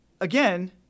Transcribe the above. again